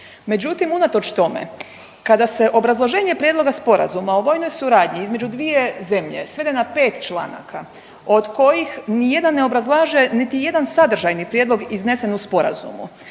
međutim, unatoč tome, kada se obrazloženje prijedloga Sporazuma o vojnoj suradnji između dvije zemlje svede na 5 članaka, od kojih ni jedan ne obrazlaže niti jedan sadržajni prijedlog iznesen u Sporazumu,